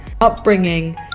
upbringing